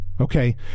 okay